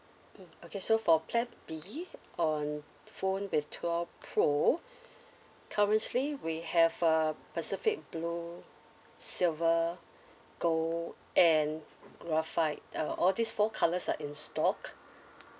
mm okay so for plan B on phone with twelve pro currently we have uh pacific blue silver gold and graphite uh all these four colours are in stock